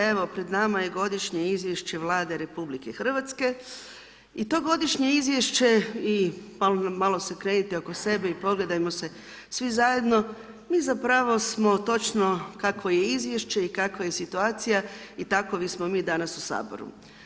Evo pred nama je Godišnje izvješće Vlade RH i to godišnje izvješće i malo se okrenite oko sebe i pogledajmo se svi zajedno, mi zapravo smo točno kako je izvješće i kako je situacija i takvi smo mi danas u Saboru.